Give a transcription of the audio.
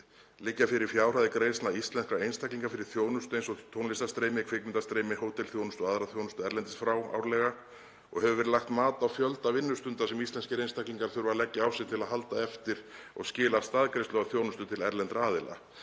Liggja fyrir fjárhæðir greiðslna íslenskra einstaklinga fyrir þjónustu eins og tónlistarstreymi, kvikmyndastreymi, hótelþjónustu og aðra þjónustu erlendis frá árlega? Og hefur verið lagt mat á fjölda vinnustunda sem íslenskir einstaklingar þurfa að leggja á sig til að halda eftir og skila staðgreiðslu af þjónustu til erlendra aðila?